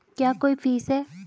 क्या कोई फीस है?